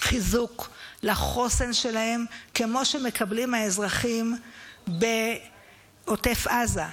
חיזוק לחוסן שלהם כמו שמקבלים האזרחים בעוטף עזה,